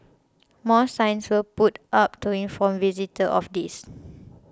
more signs will put up to inform visitors of this